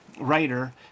writer